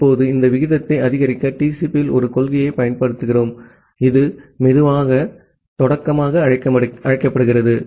இப்போது இந்த விகிதத்தை அதிகரிக்க TCP இல் ஒரு கொள்கையைப் பயன்படுத்துகிறோம் இது சுலோ ஸ்டார்ட்மாக அழைக்கப்படுகிறது